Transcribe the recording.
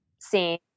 seen